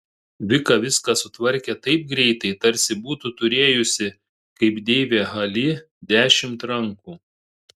vika viską sutvarkė taip greitai tarsi būtų turėjusi kaip deivė hali dešimt rankų